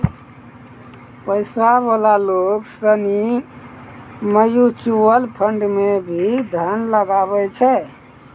पैसा वाला लोग सनी म्यूचुअल फंड मे भी धन लगवै छै